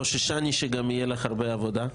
חוששני שגם תהיה לך הרבה עבודה,